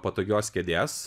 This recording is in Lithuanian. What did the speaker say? patogios kėdės